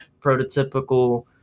prototypical